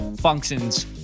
functions